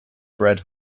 bred